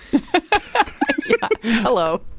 Hello